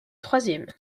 troisième